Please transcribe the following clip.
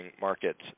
markets